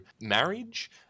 marriage